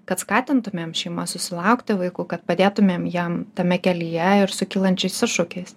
kad skatintumėm šeimas susilaukti vaikų kad padėtumėm jiem tame kelyje ir su kylančiais iššūkiais